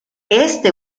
este